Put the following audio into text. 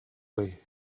way